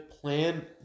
plan